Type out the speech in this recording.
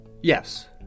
Yes